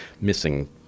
missing